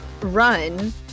run